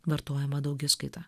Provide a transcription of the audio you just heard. vartojama daugiskaita